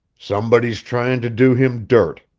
somebody's tryin' to do him dirt,